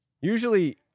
Usually